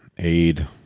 aid